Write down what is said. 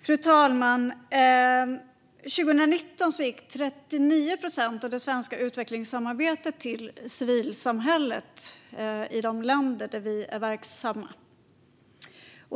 Fru talman! År 2019 riktades 39 procent av det svenska utvecklingssamarbetet till civilsamhället i de länder där vi är verksamma.